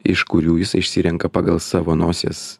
iš kurių jis išsirenka pagal savo nosies